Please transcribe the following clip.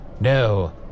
no